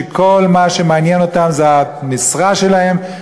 שכל מה שמעניין אותם זה המשרה שלהם,